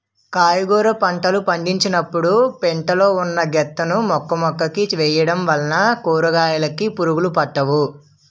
కాయగుర పంటలు పండించినపుడు పెంట లో ఉన్న గెత్తం ను మొక్కమొక్కకి వేయడం వల్ల కూరకాయలుకి పురుగులు పట్టవు